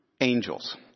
angels